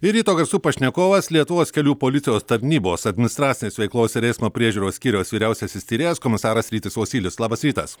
ir ryto garsų pašnekovas lietuvos kelių policijos tarnybos administracinės veiklos ir eismo priežiūros skyriaus vyriausiasis tyrėjas komisaras rytis vosylius labas rytas